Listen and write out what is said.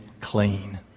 clean